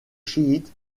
chiites